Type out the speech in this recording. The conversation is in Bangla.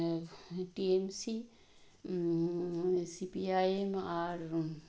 যেমন অর্কেস্ট্রা নাচ গানা ইত্যাদি এবং কালী পুজোর দিনে